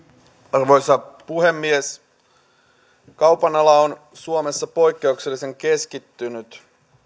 arvoisa puhemies kaupan ala on suomessa poikkeuksellisen keskittynyt